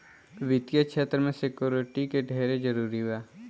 वित्तीय क्षेत्र में सिक्योरिटी के ढेरे जरूरी बा